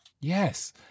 Yes